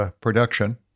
production